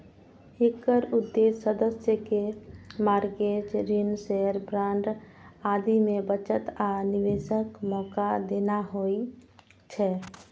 एकर उद्देश्य सदस्य कें मार्गेज, ऋण, शेयर, बांड आदि मे बचत आ निवेशक मौका देना होइ छै